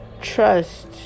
trust